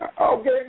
Okay